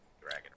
dragon